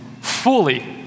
fully